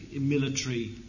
military